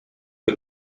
que